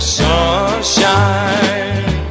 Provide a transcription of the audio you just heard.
sunshine